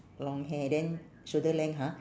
long hair then shoulder length ha